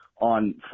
on